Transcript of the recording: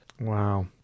Wow